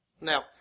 Now